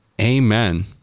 Amen